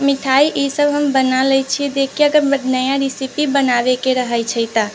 मिठाई ईसब हम बना लै छियै देख के अगर नया रेसिपी बनाबे के रहे छै तऽ